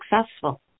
successful